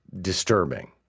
disturbing